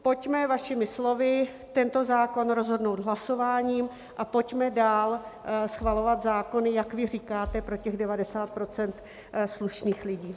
Pojďme, vašimi slovy, tento zákon rozhodnout hlasováním a pojďme dál schvalovat zákony, jak vy říkáte, pro těch 90 % slušných lidí.